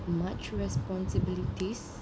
much responsibilities